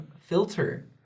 filter